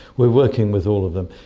we're working with all of them.